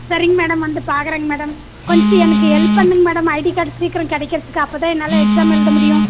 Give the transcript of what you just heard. சரிங்க மேடம் வந்து பார்க்கறேங்க மேடம் கொஞ்சம் எனக்கு ஹெல்ப் பண்ணுங்கள் மேடம் ஐடி கார்டு சீக்கிரம் கிடைக்கிறத்துக்கு அப்போதான் என்னால் எக்ஸாம் எழுத முடியும்